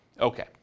Okay